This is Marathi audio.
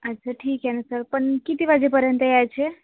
अच्छा ठीक आहे ना सर पण किती वाजेपर्यंत यायचे